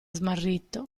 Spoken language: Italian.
smarrito